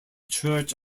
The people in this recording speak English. church